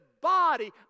body